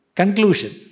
conclusion